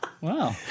Wow